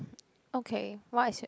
okay what is your